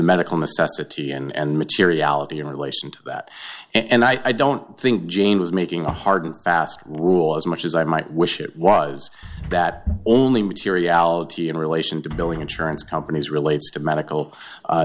medical necessity and materiality in relation to that and i don't think jane was making a hard and fast rule as much as i might wish it was that only materiality in relation to billing insurance companies relates to medical